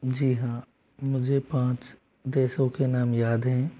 जी हाँ मुझे पाँच देशों के नाम याद हैं